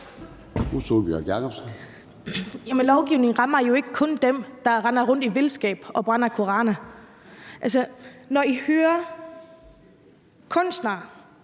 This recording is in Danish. Jamen lovgivningen rammer jo ikke kun dem, der render rundt i vildskab og brænder koraner af. Når kunstnere,